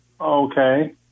Okay